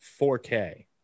4k